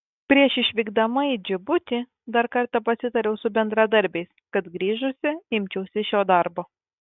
prieš išvykdama į džibutį dar kartą pasitariau su bendradarbiais kad grįžusi imčiausi šio darbo